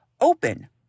Open